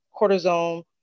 cortisone